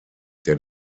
der